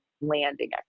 landing